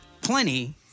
plenty